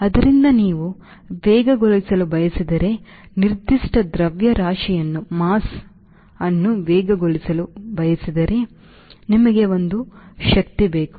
ಆದ್ದರಿಂದ ನೀವು ವೇಗಗೊಳಿಸಲು ಬಯಸಿದರೆ ನಿರ್ದಿಷ್ಟ ದ್ರವ್ಯರಾಶಿಯನ್ನು ವೇಗಗೊಳಿಸಲು ನೀವು ಬಯಸಿದರೆ ನಿಮಗೆ ಒಂದು ಶಕ್ತಿ ಬೇಕು